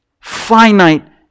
finite